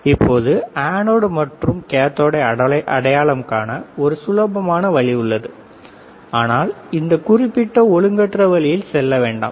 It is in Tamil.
இப்போது அனோட் மற்றும் கேத்தோடை அடையாளம் காண ஒரு சுலபமான வழி உள்ளது ஆனால் அந்த குறிப்பிட்ட ஒழுங்கற்ற வழியில் செல்ல வேண்டாம்